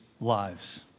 lives